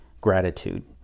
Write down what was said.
gratitude